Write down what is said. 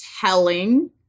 telling